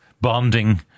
bonding